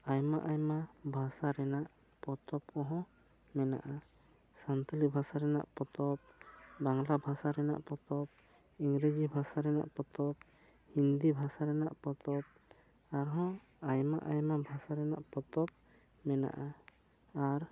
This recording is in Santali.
ᱟᱭᱢᱟ ᱟᱭᱢᱟ ᱵᱷᱟᱥᱟ ᱨᱮᱱᱟᱜ ᱯᱚᱛᱚᱵ ᱠᱚᱦᱚᱸ ᱢᱮᱱᱟᱜᱼᱟ ᱥᱟᱱᱛᱟᱲᱤ ᱵᱷᱟᱥᱟ ᱨᱮᱱᱟᱜ ᱯᱚᱛᱚᱵ ᱵᱟᱝᱞᱟ ᱵᱷᱟᱥᱟ ᱨᱮᱱᱟᱜ ᱯᱚᱛᱚᱵ ᱤᱝᱨᱟᱡᱤ ᱵᱷᱟᱥᱟ ᱨᱮᱱᱟᱜ ᱯᱚᱛᱚᱵ ᱦᱤᱱᱫᱤ ᱵᱷᱟᱥᱟ ᱨᱮᱱᱟᱜ ᱯᱚᱛᱚᱵ ᱟᱨᱦᱚᱸ ᱟᱭᱢᱟ ᱟᱭᱢᱟ ᱵᱷᱟᱥᱟ ᱨᱮᱱᱟᱜ ᱯᱚᱛᱚᱵ ᱢᱮᱱᱟᱜᱼᱟ ᱟᱨ